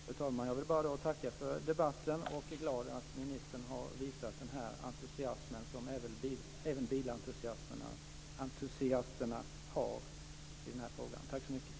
Fru talman! Jag vill bara tacka för debatten och är glad att ministern har visat den entusiasm som även bilentusiasterna har i den här frågan. Tack så mycket.